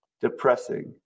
depressing